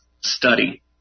study